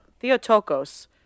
Theotokos